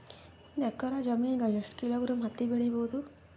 ಒಂದ್ ಎಕ್ಕರ ಜಮೀನಗ ಎಷ್ಟು ಕಿಲೋಗ್ರಾಂ ಹತ್ತಿ ಬೆಳಿ ಬಹುದು?